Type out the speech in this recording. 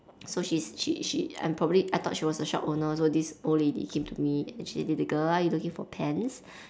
so she's she she I'm probably I thought she was the shop owner so this old lady came to me and she little girl are you looking or pens